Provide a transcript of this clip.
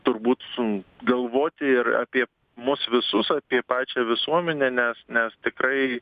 turbūt sun galvoti ir apie mus visus apie pačią visuomenę nes nes tikrai